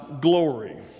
glory